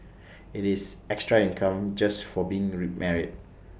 IT is extra income just for being remarried